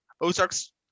Ozark's